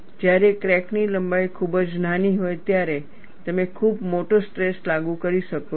જ્યારે ક્રેક ની લંબાઈ ખૂબ જ નાની હોય ત્યારે તમે ખૂબ મોટો સ્ટ્રેસ લાગુ કરી શકો છો